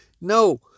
No